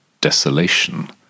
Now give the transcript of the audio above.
desolation